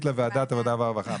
לוועדת העבודה והרווחה.